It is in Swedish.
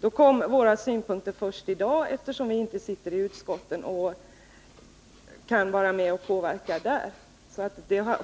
sättet kom vpk:s synpunkter först i dag, eftersom vi inte sitter i utskottet och inte kunde vara med och påverka behandlingen där.